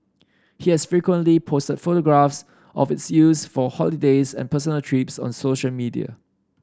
he has frequently posted photographs of its use for holidays and personal trips on social media